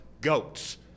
goats